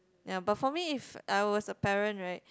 ya but for me if I was a parent right